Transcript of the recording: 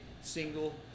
single